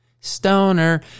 Stoner